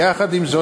יחד עם זאת,